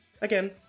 again